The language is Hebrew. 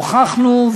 הוכחנו,